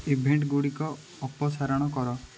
ଇଭେଣ୍ଟ୍ଗୁଡ଼ିକ ଅପସାରଣ କର